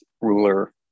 ruler